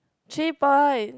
three point